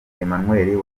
emmanuel